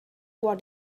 what